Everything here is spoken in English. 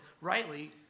rightly